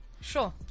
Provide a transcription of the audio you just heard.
Sure